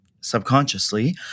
subconsciously